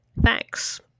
Thanks